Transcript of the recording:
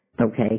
okay